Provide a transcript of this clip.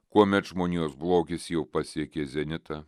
kuomet žmonijos blogis jau pasiekė zenitą